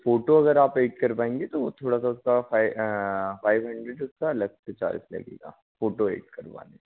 photo अगर आप एक करवाएंगे तो वो थोड़ा सा उसका फ़ाइव हंड्रेड उसका अलग से चार्ज लगेगा फ़ोटो ऐड करवाने का